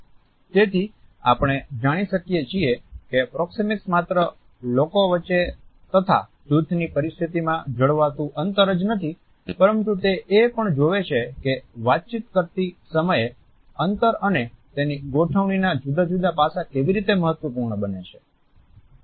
તેથી આપણે જાણી શકીએ છીએ કે પ્રોક્સીમીક્સ માત્ર લોકો વચ્ચે તથા જૂથની પરિસ્થિતિમાં જળવાતું અંતર જ નથી પરંતુ તે એ પણ જોવે છે કે વાતચીત કરતી સમયે અંતર અને તેની ગોઠવણીના જુદા જુદા પાસા કેવી રીતે મહત્વપૂર્ણ બને છે